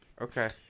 Okay